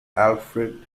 alfred